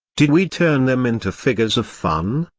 did we turn them into figures of fun?